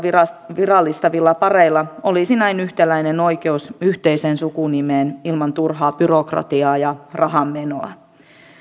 virallistavilla pareilla olisi näin yhtäläinen oikeus yhteiseen sukunimeen ilman turhaa byrokratiaa ja rahanmenoa